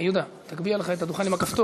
יהודה, תגביה לך את הדוכן עם הכפתור.